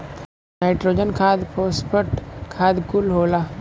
nitrogen खाद phosphate खाद कुल होला